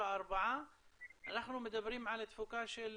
ה-23-24 אנחנו מדברים על תפוקה של